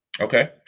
okay